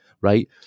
right